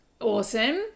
Awesome